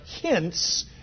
hints